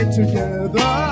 together